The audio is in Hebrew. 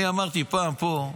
אני אמרתי פעם פה: